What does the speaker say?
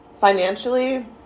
financially